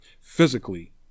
physically